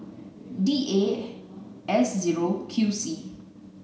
D A S zero Q C